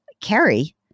Carrie